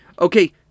Okay